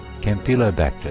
Campylobacter